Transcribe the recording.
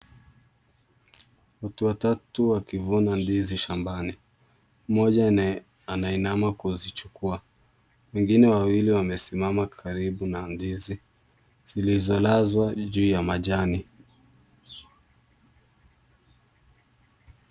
Watu watatu wakivuna ndizi shambani. Mmoja anainama kuzichukua, wengine wawili wamesimama karibu na ndizi zilizolazwa juu ya majani.